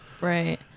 Right